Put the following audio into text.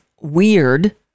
weird